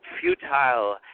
futile